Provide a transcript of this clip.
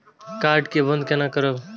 Card के बन्द केना करब?